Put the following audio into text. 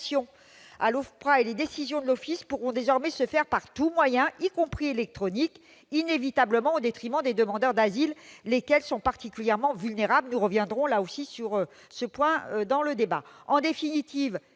convocations à l'OFPRA et les décisions de l'Office pourront désormais se faire « par tout moyen », y compris électronique, inévitablement au détriment des demandeurs d'asile, lesquels sont particulièrement vulnérables. Nous reviendrons sur ce point également dans le débat.